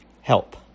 Help